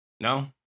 No